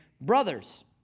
brothers